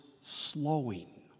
slowing